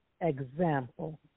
example